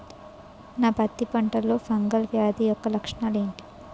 నా పత్తి పంటలో ఫంగల్ వ్యాధి యెక్క లక్షణాలు ఏంటి?